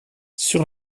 sur